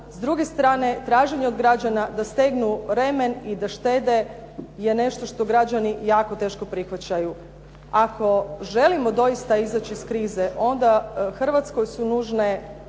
s druge strane traženje od građana da stegnu remen i da štede je nešto što građani jako teško prihvaćaju. Ako želimo doista izaći iz krize, onda Hrvatskoj su nužne